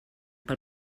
pel